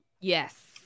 Yes